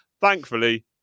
Thankfully